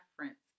reference